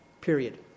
period